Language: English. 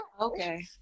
okay